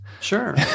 Sure